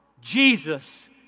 Jesus